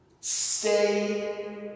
stay